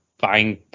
buying